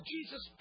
Jesus